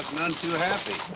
none too happy.